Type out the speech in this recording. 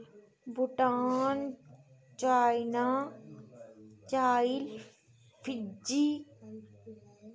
Bhutan China Chile Fiji